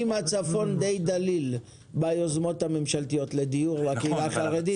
הצפון די דליל ביוזמות הממשלתיות לדיור לקהילה החרדית.